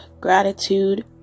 gratitude